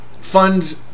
funds